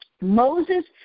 Moses